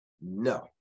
No